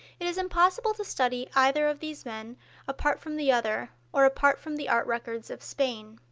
it is impossible to study either of these men apart from the other, or apart from the art records of spain.